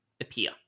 appear